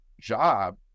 job